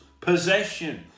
possession